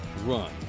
run